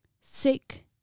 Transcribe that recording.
Sick